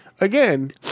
again